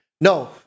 No